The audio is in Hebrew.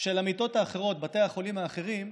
של המיטות האחרות בבתי החולים האחרים,